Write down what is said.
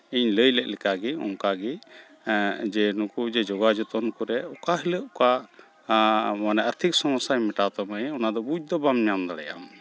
ᱤᱧ ᱞᱟᱹᱭ ᱞᱮᱫ ᱞᱮᱠᱟᱜᱮ ᱚᱱᱠᱟ ᱜᱮ ᱱᱩᱠᱩ ᱡᱮ ᱡᱚᱜᱟᱣ ᱡᱚᱛᱚᱱ ᱠᱚᱨᱮ ᱚᱠᱟ ᱦᱤᱞᱳᱜ ᱚᱠᱟ ᱢᱟᱱᱮ ᱟᱨᱛᱷᱤᱠ ᱥᱚᱢᱚᱥᱥᱟᱭ ᱢᱮᱴᱟᱣ ᱛᱟᱢᱟᱭᱮ ᱚᱱᱟ ᱫᱚ ᱵᱩᱡᱽ ᱫᱚ ᱵᱟᱢ ᱧᱟᱢ ᱫᱟᱲᱮᱭᱟᱜᱼᱟ ᱭᱮᱢ